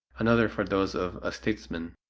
another for those of a statesman,